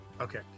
Okay